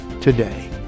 today